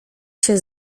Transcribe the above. się